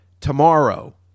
Tomorrow